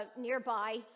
nearby